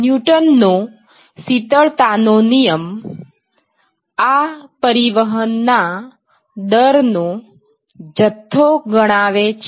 ન્યૂટનનો શીતળતા નો નિયમ આ પરિવહનના દર નો જથ્થો ગણાવે છે